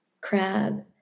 crab